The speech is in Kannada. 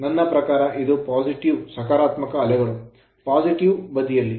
ನನ್ನ ಪ್ರಕಾರ ಇದು positive ಸಕಾರಾತ್ಮಕ ಅಲೆಗಳು positive ಸಕಾರಾತ್ಮಕ ಬದಿಯಲ್ಲಿ